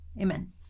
Amen